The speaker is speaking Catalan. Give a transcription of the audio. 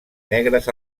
negres